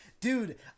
dude